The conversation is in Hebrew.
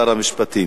שר המשפטים.